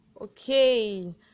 Okay